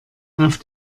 auf